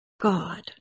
God